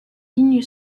ligne